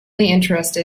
interested